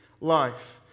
life